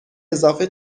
اضافه